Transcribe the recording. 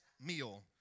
meal